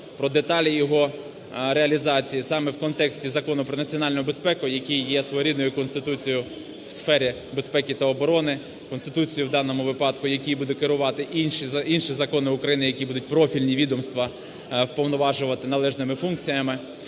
про деталі його реалізації саме в контексті Закону про національну безпеку, який є своєрідною конституцією в сфері безпеки та оборони, конституцією в даному випадку, який буде керувати, інші закони України, які будуть профільні відомства, вповноважувати належними функціями.